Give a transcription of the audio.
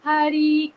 Hari